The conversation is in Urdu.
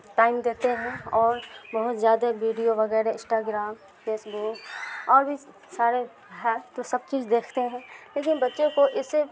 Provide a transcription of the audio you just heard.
ٹائم دیتے ہیں اور بہت زیادہ بیڈیو وغیرہ انسٹاگرام فیسبک اور بھی سارے ہیں جو سب چیز دیکھتے ہیں لیکن بچوں کو اس سے